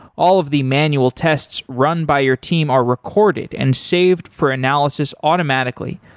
all of the manual tests run by your team are recorded and saved for analysis automatically,